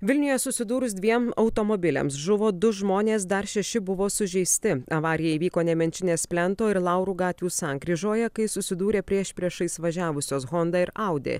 vilniuje susidūrus dviem automobiliams žuvo du žmonės dar šeši buvo sužeisti avarija įvyko nemenčinės plento ir laurų gatvių sankryžoje kai susidūrė priešpriešais važiavusios honda ir audi